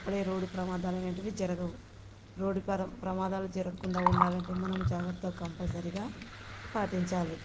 అప్పుడే రోడ్డు ప్రమాదాలు అనేవి జరగవు రోడ్ పద ప్రమాదాలు జరగకుండా ఉండాలంటే మనం జాగ్రత్త కంపల్సరీగా పాటించాలి